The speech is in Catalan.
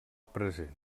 present